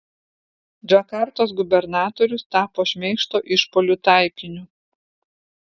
džakartos gubernatorius tapo šmeižto išpuolių taikiniu